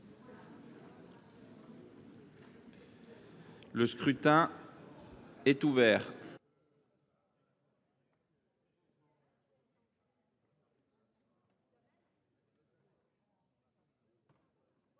Le scrutin est ouvert.